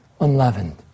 unleavened